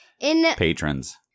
patrons